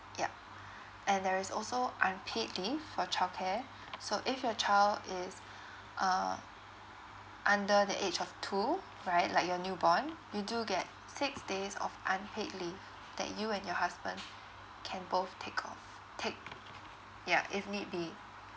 yup and there is also unpaid leave for childcare so if your child is uh under the age of two right like your newborn you do get six days of unpaid leave that you and your husband can both take of take yeah if need be yup